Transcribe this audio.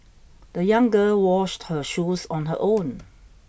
the young girl washed her shoes on her own